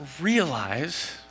realize